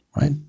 right